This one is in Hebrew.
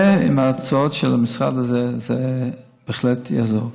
עם ההצעות של המשרד, זה בהחלט יעזור.